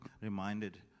reminded